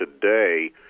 today